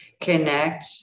connect